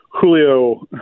Julio